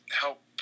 help